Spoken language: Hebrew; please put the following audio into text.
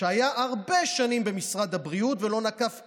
ויחדיו נשב על מנת להבריא את החברה